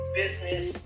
business